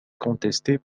contestée